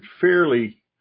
fairly